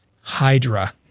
Hydra